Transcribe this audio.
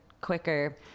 quicker